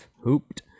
hooped